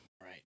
right